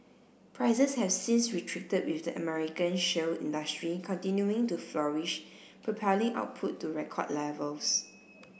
prices have since retreated with the American shale industry continuing to flourish propelling output to record levels